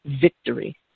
victory